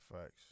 Facts